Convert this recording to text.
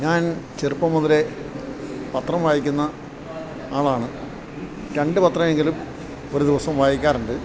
ഞാൻ ചെറുപ്പം മുതലേ പത്രം വായിക്കുന്ന ആളാണ് രണ്ട് പത്രം എങ്കിലും ഒരു ദിവസം വായിക്കാറുണ്ട്